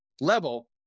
level